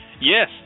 Yes